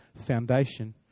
foundation